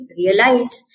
realize